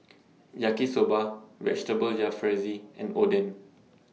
Yaki Soba Vegetable Jalfrezi and Oden